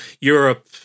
Europe